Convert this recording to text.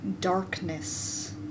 darkness